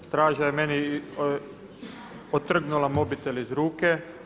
Straža je meni otrgnula mobitel iz ruke.